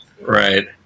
Right